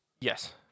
yes